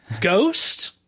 Ghost